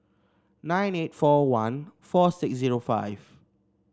nine eight four one four six zero five